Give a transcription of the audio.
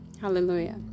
Hallelujah